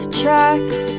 tracks